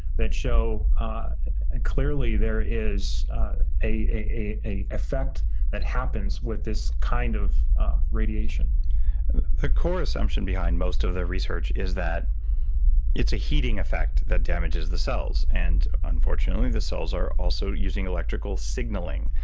that show clearly there is a effect that happens with this kind of radiation. dave the core assumption behind most of their research is that it's a heating effect that damages the cells. and unfortunately, the cells are also using electrical signaling.